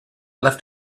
left